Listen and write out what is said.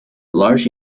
large